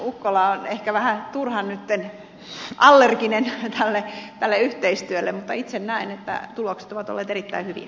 ukkola on ehkä nyt vähän turhan allerginen tälle yhteistyölle mutta itse näen että tulokset ovat olleet erittäin hyviä